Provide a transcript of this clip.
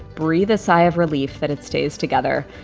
breathe a sigh of relief that it stays together,